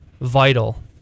vital